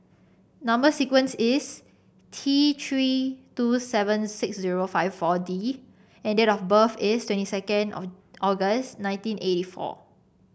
number sequence is T Three two seven six zero five four D and date of birth is twenty second of August nineteen eighty four